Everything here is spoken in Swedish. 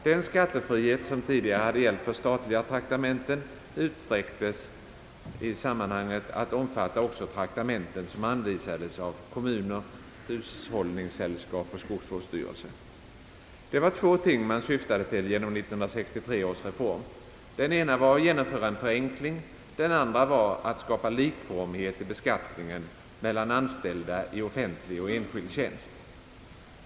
Den skattefrihet som tidigare hade gällt för statliga traktamenten utsträcktes att omfatta också traktamenten som anvisades av kommuner, hushållningssällskap och skogsvårdsstyrelser. Det var två ting man syftade till genom 1963 års reform. Det ena var att genomföra en förenkling, det andra var att skapa likformighet i beskattningen mellan anställda i offentlig och enskild tjänst.